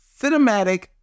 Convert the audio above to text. cinematic